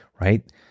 right